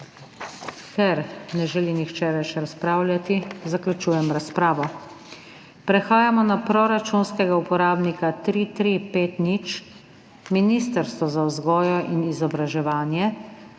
Ker ne želi nihče več razpravljati, zaključujem razpravo. Prehajamo na proračunskega uporabnika 3350 Ministrstvo za vzgojo in izobraževanje